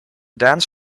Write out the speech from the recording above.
dance